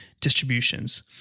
distributions